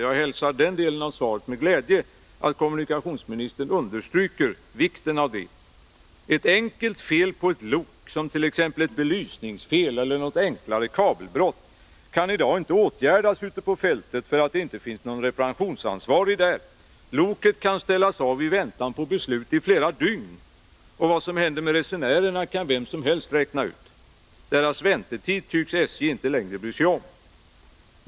Jag hälsar med glädje den del av kommunikationsministerns svar där han understryker vikten av detta. Ett enkelt fel på ett lok, t.ex. ett belysningsfel eller något enklare kabelbrott, kan i dag inte åtgärdas ute på fältet, därför att det inte finns någon reparationsansvarig där. Loket kan i väntan på beslut ställas av i flera dygn, och vad som händer med resenärerna kan vem som helst räkna ut. Deras väntetid tycks SJ inte längre bry sig om.